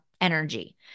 energy